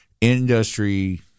industry